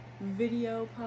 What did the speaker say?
video